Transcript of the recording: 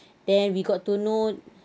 then we got to know